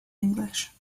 english